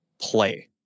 play